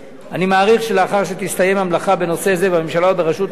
אני מעריך שלאחר שתסתיים המלאכה בנושא זה בממשלה וברשות המסים,